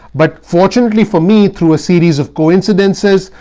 but fortunately for me, through a series of coincidences,